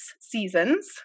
seasons